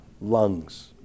lungs